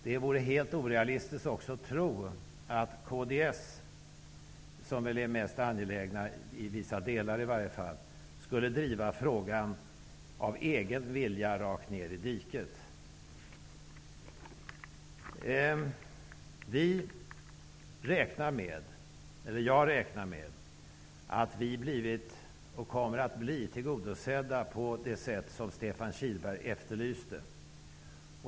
Det vore helt orealistiskt att kds -- som väl, i varje fall i vissa delar, är det mest angelägna partiet -- av egen vilja skulle driva frågan rakt ner i diket. Jag räknar med att vi har blivit, och kommer att bli, tillgodosedda på det sätt som Stefan Kihlberg efterlyste.